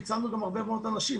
והצלנו הרבה מאוד אנשים.